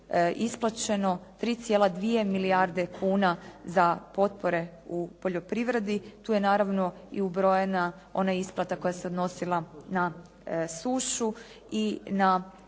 isplaćeno 3,2 milijarde kuna za potpore u poljoprivredi. Tu je naravno i ubrojena ona isplata koja se odnosila na sušu na